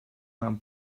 nahm